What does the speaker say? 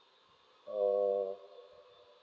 err